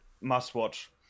must-watch